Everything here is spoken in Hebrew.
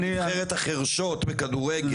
את נבחרת החירשות בכדורגל.